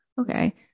Okay